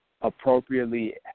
appropriately